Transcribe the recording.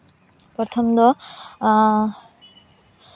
ᱯᱨᱚᱛᱷᱚᱢ ᱫᱚ